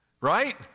right